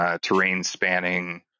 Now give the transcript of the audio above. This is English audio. terrain-spanning